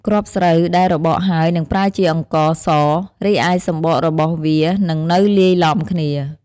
គ្រាប់ស្រូវដែលរបកហើយនឹងប្រែជាអង្ករស រីឯសម្បករបស់វានឹងនៅលាយឡំគ្នា។